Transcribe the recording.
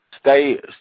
stay